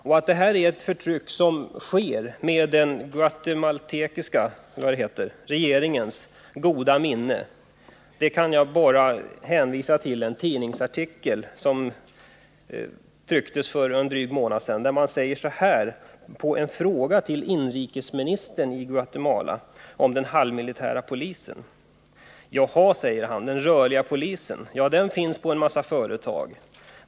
Och för att visa att det förtryck som finns utövas med den guatemalanska regeringens goda minne kan jag hänvisa till en tidningsartikel som trycktes för en dryg månad sedan. På en fråga till inrikesministern i Guatemala om den halvmilitära polisen svarade han: ”Aha, ni måste mena den ”rörliga polisen”. Ja, den finns på en massa företag.